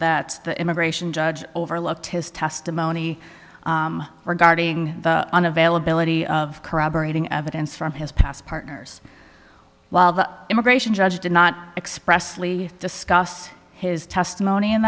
that the immigration judge overlooked his testimony regarding an availability of corroborating evidence from his past partners while the immigration judge did not expressly discuss his testimony in